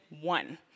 one